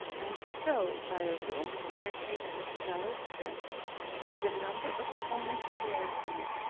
and so, by a little staircase of shallow steps with a number of corner stairs in it,